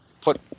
put